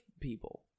people